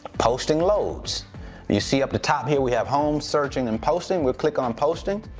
posting loads. and you see up the top here, we have home, searching and posting. we'll click on posting,